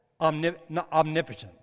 omnipotent